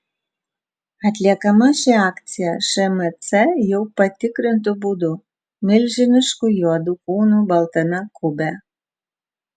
atliekama ši akcija šmc jau patikrintu būdu milžinišku juodu kūnu baltame kube